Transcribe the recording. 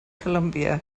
columbia